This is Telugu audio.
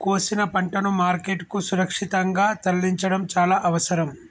కోసిన పంటను మార్కెట్ కు సురక్షితంగా తరలించడం చాల అవసరం